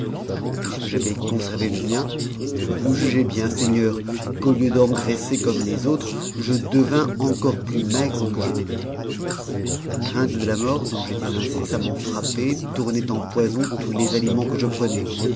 puisque j'avaisconservé jcmien vous jugez bien seigneurs qu'au lieu d'engraisser comme les utrps je devins encore plus maigre que je n'étais la crainte de la mort tjont j'étais incessamment frappé tournait en poison tous les auments que je prenais